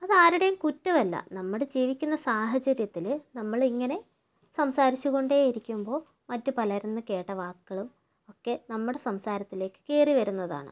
അതാരുടേയും കുറ്റമല്ല നമ്മള് ജീവിക്കുന്ന സാഹചര്യത്തില് നമ്മളിങ്ങനെ സംസാരിച്ചു കൊണ്ടേ ഇരിക്കുമ്പോൾ മറ്റു പലരിൽ നിന്നും കേട്ട വാക്കുകളും ഒക്കെ നമ്മുടെ സംസാരത്തിലേക്ക് കയറി വരുന്നതാണ്